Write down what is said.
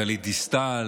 גלית דיסטל